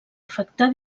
afectar